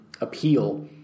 appeal